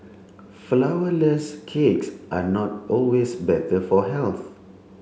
flourless cakes are not always better for health